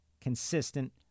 consistent